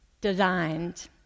designed